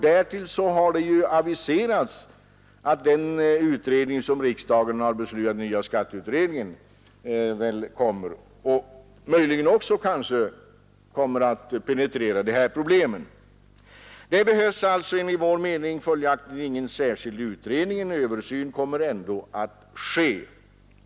Därtill har det ju aviserats att den av riksdagen beslutade nya skatteutredningen möjligen också kommer att penetrera dessa problem. Det behövs följaktligen enligt vår mening ingen särskild utredning. En översyn kommer ändå att ske.